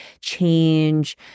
change